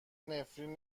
نفرین